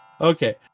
Okay